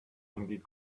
indeed